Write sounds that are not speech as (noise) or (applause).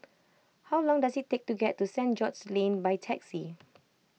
how long does it take to get to St George's Lane by taxi (noise)